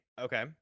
Okay